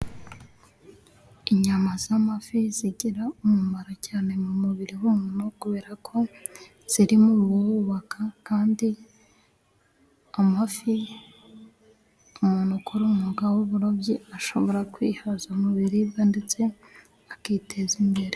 Inyama z'amafi zigira umumaro cyane mu mubiri w'umuntu kubera ko ziri mu biwubaka. Kandi umuntu ukora umwuga w'uburobyi ashobora kwihaza mu biribwa ndetse akiteza imbere.